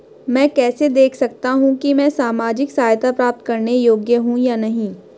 मैं कैसे देख सकता हूं कि मैं सामाजिक सहायता प्राप्त करने योग्य हूं या नहीं?